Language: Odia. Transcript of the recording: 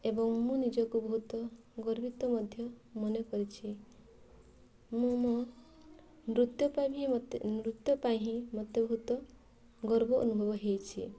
ଏବଂ ମୁଁ ନିଜକୁ ବହୁତ ଗର୍ବିତ ମଧ୍ୟ ମନେ କରିଛି ମୁଁ ମୋ ନୃତ୍ୟ ପାଇଁ ବି ମୋତେ ନୃତ୍ୟ ପାଇଁ ହିଁ ମୋତେ ବହୁତ ଗର୍ବ ଅନୁଭବ ହେଇଛି